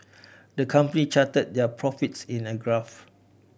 the company charted their profits in a graph